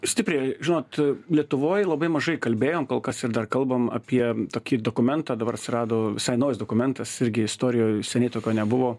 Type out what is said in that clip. stipriai žinot lietuvoj labai mažai kalbėjom kol kas ir dar kalbam apie tokį dokumentą dabar atsirado visai naujas dokumentas irgi istorijoj seniai tokio nebuvo